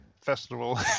Festival